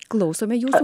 klausome jūsų